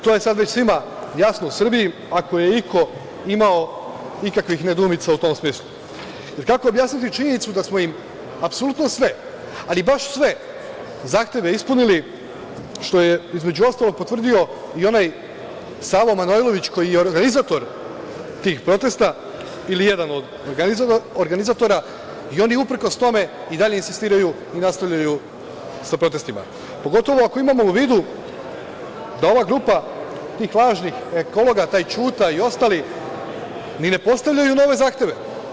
To je sad već svima jasno u Srbiji, ako je iko imao ikakvih nedoumica u tom smislu, jer kako objasniti činjenicu da smo im apsolutno sve, ali baš sve zahteve ispunili, što je, između ostalog potvrdio i onaj Savo Manojlović koji je organizator tih protesta, ili jedan od organizatora, i oni uprkos tome i dalje insistiraju i nastavljaju sa protestima, pogotovo ako imamo u vidu da ova grupa tih lažnih ekologa, taj Ćuta i ostali ni ne postavljaju nove zahteve.